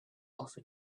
offer